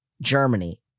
Germany